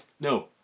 no